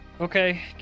Okay